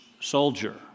soldier